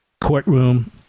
courtroom